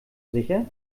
sicher